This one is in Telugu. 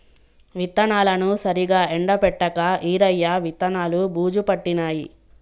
విత్తనాలను సరిగా ఎండపెట్టక ఈరయ్య విత్తనాలు బూజు పట్టినాయి